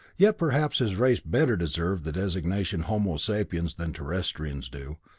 yet perhaps his race better deserved the designation homo sapiens than terrestrians do,